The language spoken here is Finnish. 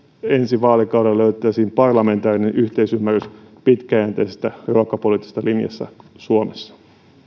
ensi vaalikaudella löydettäisiin parlamentaarinen yhteisymmärrys pitkäjänteisestä ruokapoliittisesta linjasta suomessa